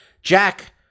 Jack